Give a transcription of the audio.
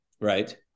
right